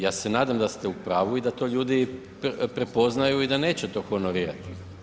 Ja se nadam da ste u pravu i da to ljudi prepoznaju i da neće to honorirati.